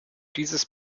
dieses